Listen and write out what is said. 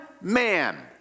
man